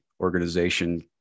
organization